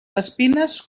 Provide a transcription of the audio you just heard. espines